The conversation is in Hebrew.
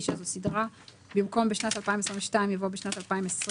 בואו ניתן את אותו דבר.